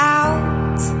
out